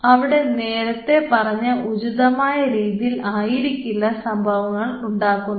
അവിടെ നേരത്തെ പറഞ്ഞ ഉചിതമായ രീതിയിൽ ആയിരിക്കില്ല സംഭവങ്ങൾ ഉണ്ടാക്കുന്നത്